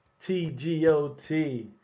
TGOT